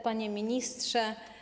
Panie Ministrze!